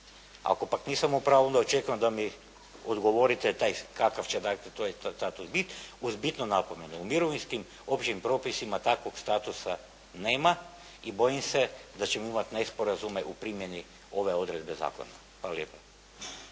Ako pak nisam u pravu onda očekujem da mi odgovorite taj, kakav će dakle to je, status biti uz bitnu napomenu. U mirovinskim općim propisima takvog statusa nema. I bojim se da ćemo imati nesporazume u primjeni ove odredbe zakona. Hvala lijepa.